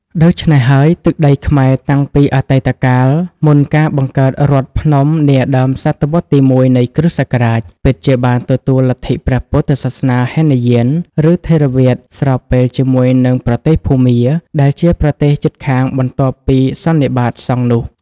ដូច្នេះហើយ ទឹកដីខ្មែរតាំងពីអតីតកាល មុនការបង្កើតរដ្ឋភ្នំនាដើមសតវត្សរ៍ទី ១ នៃគ.ស. ពិតជាបានទទួលលទ្ធិព្រះពុទ្ធសាសនាហីនយាន ឬថេរវាទ ស្របពេលជាមួយនឹងប្រទេសភូមា ដែលជាប្រទេសជិតខាងបន្ទាប់ពីសន្និបាតសង្ឃនោះ។